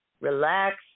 relax